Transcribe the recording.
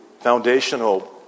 foundational